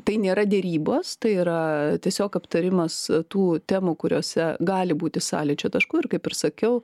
tai nėra derybos tai yra tiesiog aptarimas tų temų kuriose gali būti sąlyčio taškų ir kaip ir sakiau